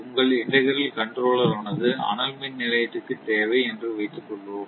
உங்கள் integral controller ஆனது அனல் மின் நிலையத்துக்கு தேவை என்று வைத்துக்கொள்வோம்